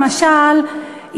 למשל,